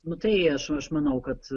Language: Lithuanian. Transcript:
nu tai aš aš manau kad